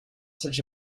such